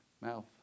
mouth